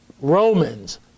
Romans